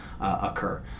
occur